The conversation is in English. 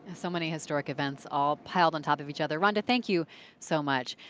ah so many historic events all piled on top of each other. and thank you so much.